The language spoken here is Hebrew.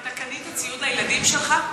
אתה קנית ציוד לילדים שלך?